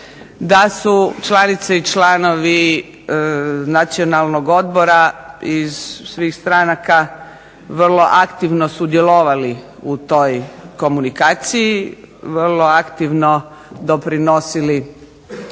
da su članice i članovi Nacionalnih odbora iz svih stranka vrlo aktivno sudjelovali u toj komunikaciji, vrlo aktivno doprinosili